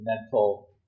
mental